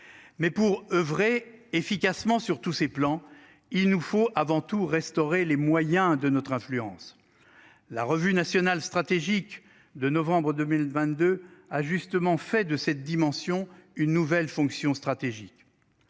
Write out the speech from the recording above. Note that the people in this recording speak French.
Mais pour oeuvrer efficacement sur tous ces plans. Il nous faut avant tout restaurer les moyens de notre influence. La revue nationale stratégique de novembre 2022 a justement fait de cette dimension. Une nouvelle fonction stratégique.